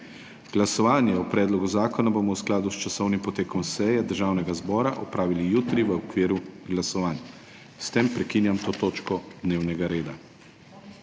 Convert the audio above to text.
Glasovanje o predlogu zakona bomo v skladu s časovnim potekom seje Državnega zbora opravili jutri v okviru glasovanj. S tem prekinjam to točko dnevnega reda.